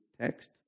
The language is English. text